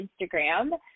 Instagram